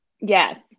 Yes